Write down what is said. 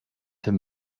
him